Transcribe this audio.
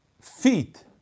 feet